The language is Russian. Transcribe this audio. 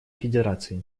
федерации